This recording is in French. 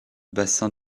bassin